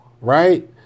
right